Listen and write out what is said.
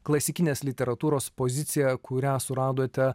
klasikinės literatūros pozicija kurią suradote